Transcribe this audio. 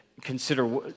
consider